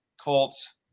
Colts